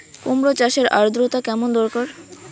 কুমড়ো চাষের আর্দ্রতা কেমন দরকার?